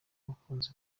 bakunda